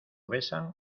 besan